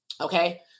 Okay